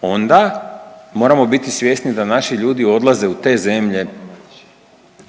onda moramo biti svjesni da naši ljudi odlaze u te zemlje